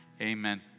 Amen